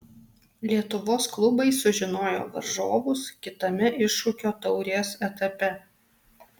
lietuvos klubai sužinojo varžovus kitame iššūkio taurės etape